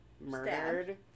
murdered